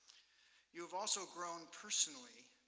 you have also grown personally,